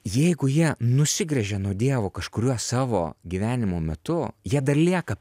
jeigu jie nusigręžia nuo dievo kažkuriuo savo gyvenimo metu jie dar lieka